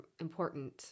important